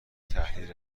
تحلیل